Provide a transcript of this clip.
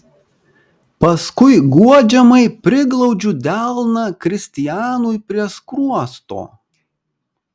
paskui guodžiamai priglaudžiu delną kristianui prie skruosto